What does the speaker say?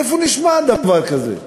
איפה נשמע דבר כזה?